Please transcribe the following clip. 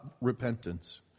repentance